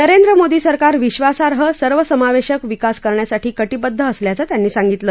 नरेंद्र मोदी सरकार विश्वासार्ह सर्वसमावधक विकास करण्यासाठी कटीबद्ध असल्याचं त्यांनी सांगितलं